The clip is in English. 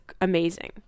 amazing